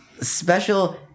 special